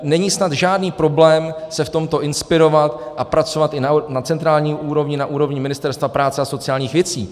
Není snad žádný problém se v tomto inspirovat a pracovat i na centrální úrovni, na úrovni Ministerstva práce a sociálních věcí.